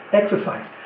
exercise